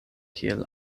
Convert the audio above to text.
kiel